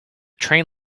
train